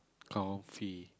comfy